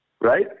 Right